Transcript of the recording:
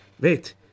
Wait